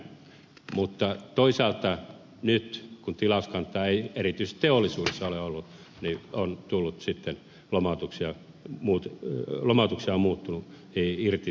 mutta toisaalta nyt kun tilauskantaa ei erityisesti teollisuudessa ole ollut lomautuksia on muuttunut irtisanomisiksi